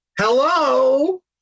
Hello